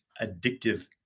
addictive